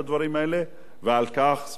ועל כך זכותנו להילחם.